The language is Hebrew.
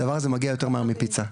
הדבר הזה מגיע יותר מהר מפיצה,